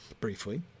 briefly